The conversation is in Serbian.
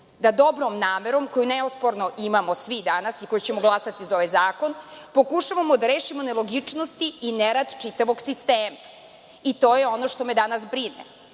da dobrom namerom, koju neosporno imamo svi danas i koji ćemo glasati za ovaj zakon, pokušavamo da rešimo nelogičnosti i nerad čitavog sistema i to je ono što me danas brine.